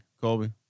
Colby